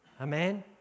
Amen